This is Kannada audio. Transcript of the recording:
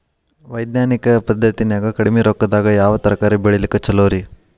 ವೈಜ್ಞಾನಿಕ ಪದ್ಧತಿನ್ಯಾಗ ಕಡಿಮಿ ರೊಕ್ಕದಾಗಾ ಯಾವ ತರಕಾರಿ ಬೆಳಿಲಿಕ್ಕ ಛಲೋರಿ?